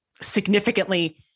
significantly